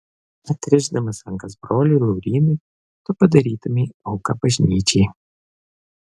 atrišdamas rankas broliui laurynui tu padarytumei auką bažnyčiai